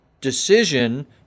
decision